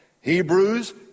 Hebrews